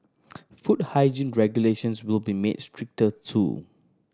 food hygiene regulations will be made stricter too